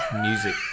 music